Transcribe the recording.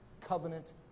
covenant